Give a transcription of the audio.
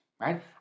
right